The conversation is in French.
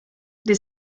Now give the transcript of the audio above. des